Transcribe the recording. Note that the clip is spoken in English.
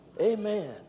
Amen